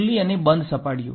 ખુલ્લી અને બંધ સપાટીઓ